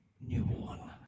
newborn